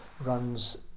runs